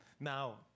Now